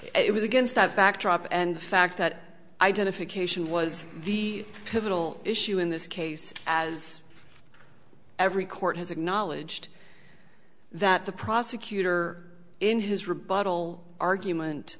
it was against that backdrop and the fact that identification was the pivotal issue in this case as every court has acknowledged that the prosecutor in his rebuttal argument